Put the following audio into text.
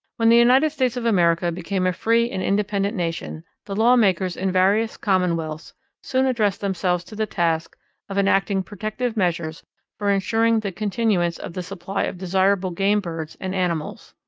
when the united states of america became a free and independent nation the lawmakers in various commonwealths soon addressed themselves to the task of enacting protective measures for insuring the continuance of the supply of desirable game birds and animals.